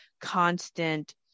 constant